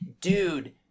dude